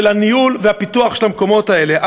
של הניהול והפיתוח של המקומות האלה.